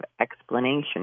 explanation